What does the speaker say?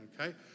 okay